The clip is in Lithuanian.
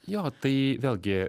jo tai vėlgi